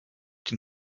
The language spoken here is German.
den